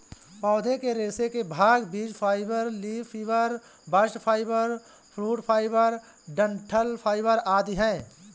पौधे के रेशे के भाग बीज fibre, leaf fibre, bast fibre, fruit fibre, डंठल फाइबर आदि है